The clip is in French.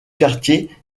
quartier